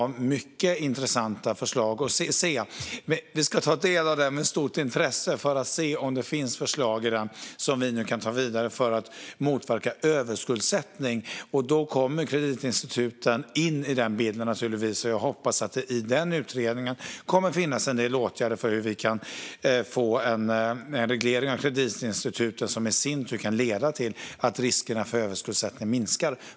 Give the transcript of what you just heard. Vi ska ta del av den med stort intresse för att se om det finns förslag i den som vi kan ta vidare för att motverka överskuldsättning, och kreditinstituten kommer naturligtvis in i den bilden. Jag hoppas att det i den utredningen kommer att finnas en del åtgärder för hur vi kan få till en reglering av kreditinstituten som kan leda till att riskerna för överskuldsättning minskar.